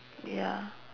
ya